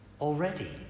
already